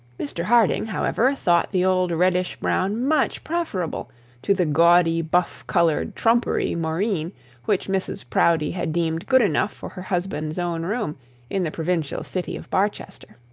mr harding, however, thought the old reddish brown much preferable to the gaudy buff-coloured trumpery moreen which mrs proudie had deemed good enough for her husband's own room in the provincial city of barchester.